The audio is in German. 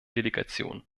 delegation